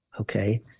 Okay